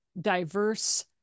diverse